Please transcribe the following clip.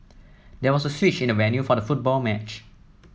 there was a switch in the venue for the football match